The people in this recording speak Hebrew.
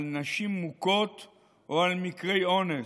על נשים מוכות או על מקרי אונס,